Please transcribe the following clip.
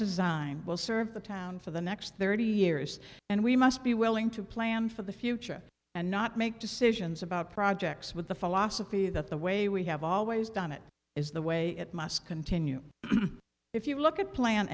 design will serve the town for the next thirty years and we must be willing to plan for the future and not make decisions about projects with the philosophy that the way we have always done it is the way it must continue if you look at plan